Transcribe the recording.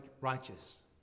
righteous